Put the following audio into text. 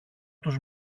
τους